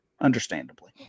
Understandably